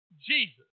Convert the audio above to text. Jesus